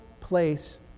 place